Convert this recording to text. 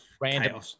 random